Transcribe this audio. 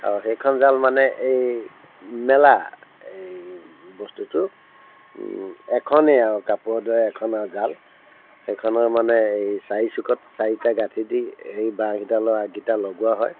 আৰু সেইখন জাল মানে এই মেলা এই বস্তুটো এখনেই আৰু কাপোৰৰ দৰে এখন আৰু জাল সেইখনৰ মানে এই চাৰিচুকত চাৰিটা গাঁঠি দি এই বাঁহকেইডালৰ আগকেইটা লগোৱা হয়